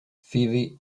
phoebe